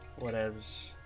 whatevs